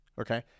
Okay